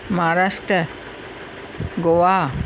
Maharashtra Goa